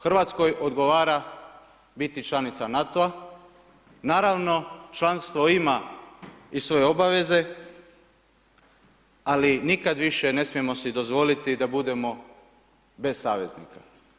Hrvatskoj odgovara biti članica NATO-a, naravno, članstvo ima i svoje obaveze, ali nikad više ne smijemo si dozvoliti da budemo bez saveznika.